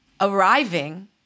arriving